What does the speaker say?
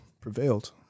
prevailed